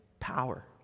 Power